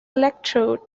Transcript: electrode